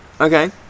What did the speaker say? Okay